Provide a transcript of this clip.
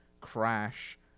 crash